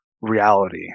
reality